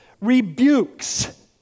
rebukes